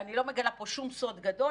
ואני לא מגלה פה שום סוד גדול,